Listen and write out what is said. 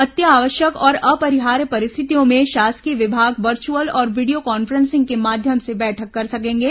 अत्यावश्यक और अपरिहार्य परिस्थितियों में शासकीय विभाग वचुर्अल और वीडियो कान्फ्रेंसिंग के माध्यम से बैठक कर सकेंगे